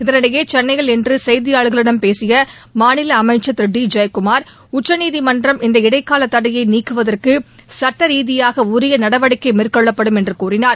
இதனிடையே சென்னையில் இன்று செய்தியாளர்களிடம் பேசிய மாநில அமைச்சர் திரு டி ஜெயக்குமார் உச்சநீதிமன்றம் இந்த இடைக்கால தடையை நீக்குவதற்கு சட்ட ரீதியாக உரிய நடவடிக்கை மேற்கொள்ளப்படும் என்று கூறினார்